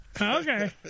Okay